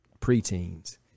preteens